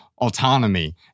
autonomy